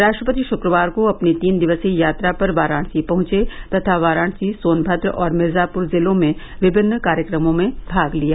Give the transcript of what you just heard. राष्ट्रपति शुक्रवार को अपनी तीन दिवसीय यात्रा पर वाराणसी पहुंचे तथा वाराणसी सोनमद्र और मिर्जापुर जिलों में विभिन्न कार्यक्रमों में भाग लिया